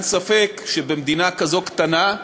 אין ספק שבמדינה כזו קטנה,